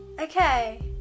Okay